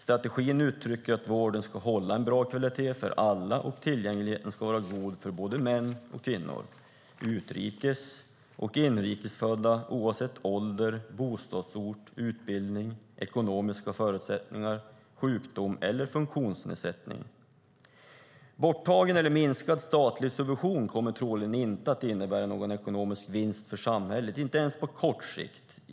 Strategin uttrycker att vården ska hålla en bra kvalitet för alla och tillgängligheten ska vara god för både män och kvinnor, utrikes och inrikes födda, oavsett ålder, bostadsort, utbildning, ekonomiska förutsättningar, sjukdom eller funktionsnedsättning. Borttagen eller minskad statlig subvention kommer troligen inte att innebära någon ekonomisk vinst för samhället, inte ens på kort sikt.